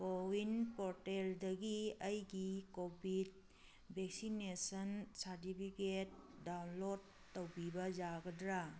CoWIN ꯄꯣꯔꯇꯦꯜꯗꯒꯤ ꯑꯩꯒꯤ COVID vaccination certificate download ꯇꯧꯕꯤꯕ ꯌꯥꯒꯗ꯭ꯔꯥ